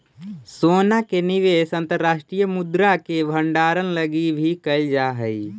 सोना के निवेश अंतर्राष्ट्रीय मुद्रा के भंडारण लगी भी कैल जा हई